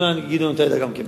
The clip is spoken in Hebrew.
גדעון, היית גם בעבר,